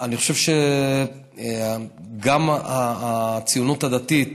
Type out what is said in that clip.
אני חושב שגם הציונות הדתית